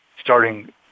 starting –